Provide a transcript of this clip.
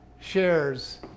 shares